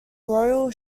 royal